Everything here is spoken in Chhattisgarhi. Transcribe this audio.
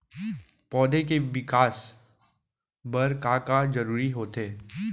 पौधे के विकास बर का का जरूरी होथे?